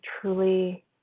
truly